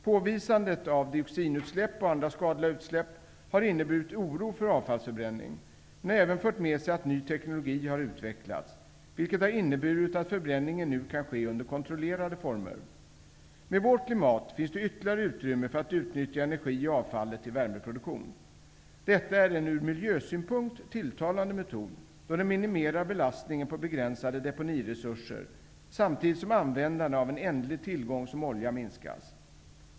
Påvisandet av dioxinutsläpp och andra skadliga utsläpp har inneburit oro för avfallsförbränning, men har även fört med sig att ny teknologi har utvecklats, vilket har inneburit att förbränningen nu kan ske under kontrollerade former. Med vårt klimat finns det ytterligare utrymme för att utnyttja energi i avfallet till värmeproduktion. Detta är en ur miljösynpunkt tilltalande metod då den minimerar belastningen på begränsade deponiresurser, samtidigt som användande av en ändlig tillgång som olja minskas.